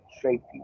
safety